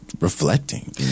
Reflecting